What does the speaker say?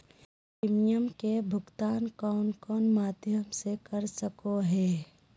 Premium के भुक्तान कौन कौन माध्यम से कर सको है?